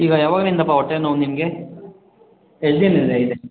ಈಗ ಯಾವಾಗ್ಲಿಂದಪ್ಪ ಹೊಟ್ಟೆ ನೋವು ನಿನಗೆ ಎಷ್ಟು ದಿನದಿಂದ ಇದೆ